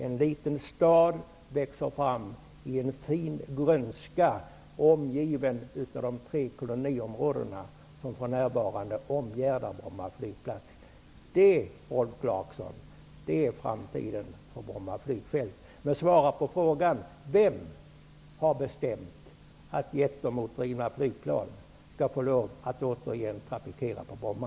En liten stad växer fram i en fin grönska, omgiven av de tre koloniområden som för närvarande omgärdar Bromma flygplats. Det, Rolf Clarkson, är framtiden för Bromma flygfält. Men svara mig på frågan vem det är som har bestämt att jetmotordrivna flygplan återigen skall få lov att trafikera Bromma!